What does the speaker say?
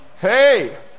Hey